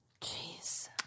Jeez